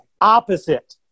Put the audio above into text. opposite